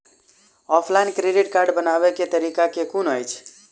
Offline credit card बनाबै केँ तरीका केँ कुन अछि?